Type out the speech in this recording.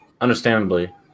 understandably